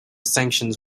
sanctions